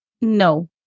No